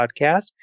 podcast